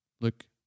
look